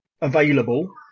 available